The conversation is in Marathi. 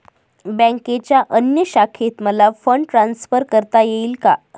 बँकेच्या अन्य शाखेत मला फंड ट्रान्सफर करता येईल का?